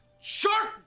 shark